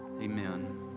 amen